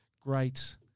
great